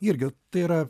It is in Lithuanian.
irgi tai yra